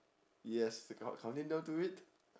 yes coun~ counting down to it